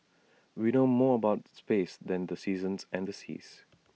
we know more about space than the seasons and the seas